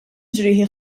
ġrieħi